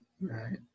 Right